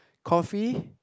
coffee